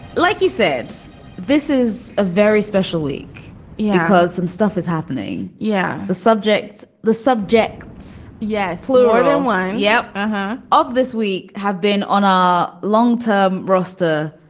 like you said this is a very special week yeah cause some stuff is happening. yeah. the subjects the subjects. yeah. floor one. yep. ah huh. of this week have been on a long term roster.